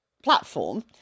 platform